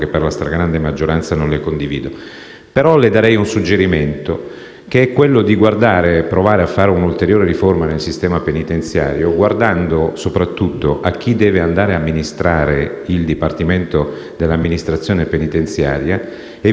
però le darei il suggerimento di provare a fare un'ulteriore riforma nel sistema penitenziario guardando soprattutto a chi deve amministrare il Dipartimento dell'amministrazione penitenziaria evitando per il prossimo futuro